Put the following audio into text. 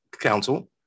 Council